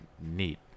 Neat